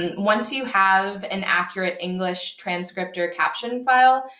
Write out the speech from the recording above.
and once you have an accurate english transcript or a caption file,